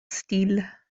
styles